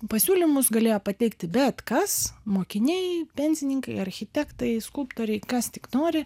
pasiūlymus galėjo pateikti bet kas mokiniai pensininkai architektai skulptoriai kas tik nori